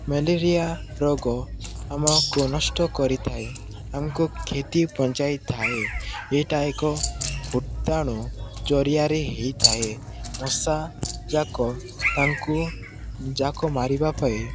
malaria ରୋଗ ଆମକୁ ନଷ୍ଟ କରିଥାଏ ଆମକୁ କ୍ଷତି ପହଁଞ୍ଚାଇ ଥାଏ ଏଇଟା ଏକ ଭୂତାଣୁ ଜରିଆରେ ହେଇଥାଏ ମଶା ଯାକ ତାଙ୍କୁ ଯାକ ମାରିବା ପାଇଁ